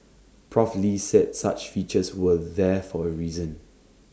Prof lee said such features were there for A reason